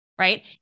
right